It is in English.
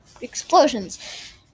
explosions